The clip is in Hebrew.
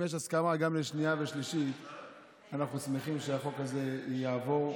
אם יש הסכמה גם לשנייה ושלישית אנחנו שמחים שהחוק הזה יעבור,